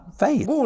faith